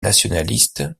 nationalistes